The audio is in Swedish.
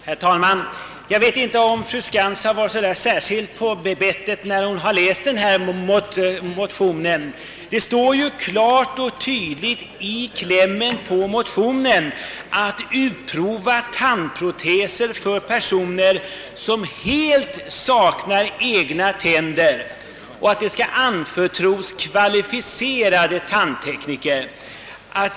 Herr talman! Jag vet inte om fru Skantz har varit så särskilt på bettet när hon läste motionen i denna fråga. I dess kläm står klart och tydligt, att utprovning av tandproteser för personer som helt saknar tänder kan anförtros särskilt kvalificerade tandtekniker.